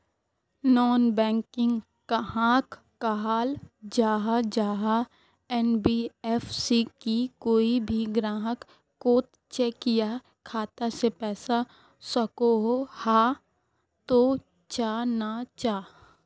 Non banking कहाक कहाल जाहा जाहा एन.बी.एफ.सी की कोई भी ग्राहक कोत चेक या खाता से पैसा सकोहो, हाँ तो चाँ ना चाँ?